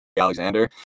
Alexander